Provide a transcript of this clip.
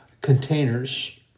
containers